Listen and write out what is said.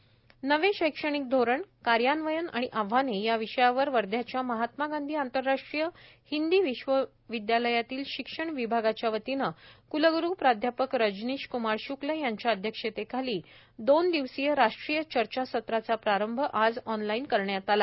नवे शैक्षणिक धोरण कार्यान्वयन आणि आव्हाने या विषयावर वर्धाच्या महात्मा गांधी आंतरराष्ट्रीय हिंदी विश्वविद्यालयातील शिक्षण विभागाच्या वतीने क्लग्रु प्राध्यापक रजनीश क्मार शुक्ल यांच्या अध्यक्षतेखाली दोन दिवसीय राष्ट्रीय चर्चासत्राचा प्रारंभ आज ऑनलाइन करण्यात आला